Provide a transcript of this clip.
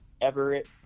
Everett